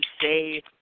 say